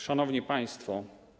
Szanowni Państwo!